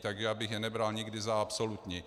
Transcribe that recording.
Tak já bych je nebral nikdy za absolutní.